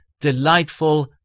delightful